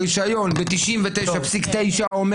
הרישיון ב-99.9% אומר